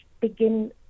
begin